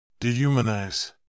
Dehumanize